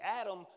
Adam